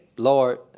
Lord